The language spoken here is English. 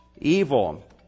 evil